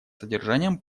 содержанием